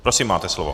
Prosím, máte slovo.